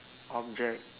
object